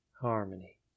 harmony